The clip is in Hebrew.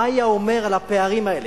מה היה אומר על הפערים האלה,